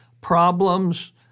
problems